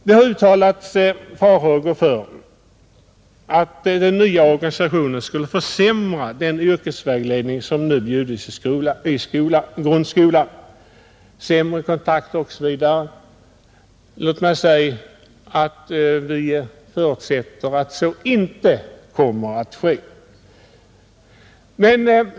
Det har uttalats farhågor för att den nya organisationen skulle försämra den yrkesvägledning som nu bjuds i grundskolan, erbjuda sämre kontaktmöjligheter osv. Låt mig säga att utskottet förutsätter att så inte kommer att ske.